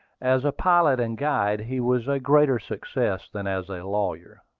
as a pilot and guide he was a greater success than as a lawyer.